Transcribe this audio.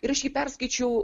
ir aš jį perskaičiau